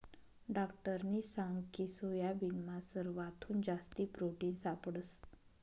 डाक्टरनी सांगकी सोयाबीनमा सरवाथून जास्ती प्रोटिन सापडंस